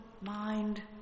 mind